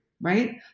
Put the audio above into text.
right